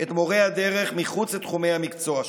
את מורי הדרך אל מחוץ לתחומי המקצוע שלהם,